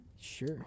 Sure